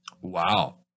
Wow